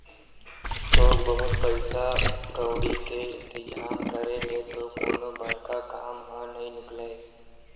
थोक बहुत पइसा कउड़ी के इंतिजाम करे ले तो कोनो बड़का काम ह नइ निकलय